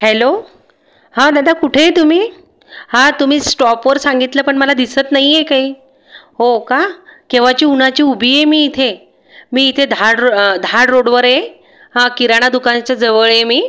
hello हां दादा कुठे आहे तुम्ही हां तुम्ही स्टॉपवर सांगितलं पण मला दिसत नाही आहे काही हो का केव्हाची उन्हाची उबी आहे मी इथे मी इथे दहाड रो दहाड रोडवर आहे हा किराणा दुकानाच्या जवळ आहे मी